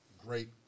great